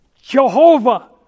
Jehovah